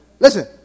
Listen